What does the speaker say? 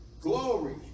Glory